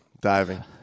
diving